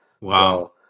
Wow